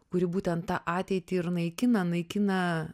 kuri būtent tą ateitį ir naikina naikina